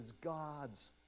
God's